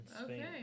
Okay